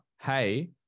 hey